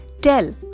tell